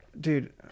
dude